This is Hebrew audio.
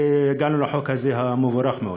והגענו לחוק הזה המבורך מאוד.